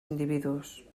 individus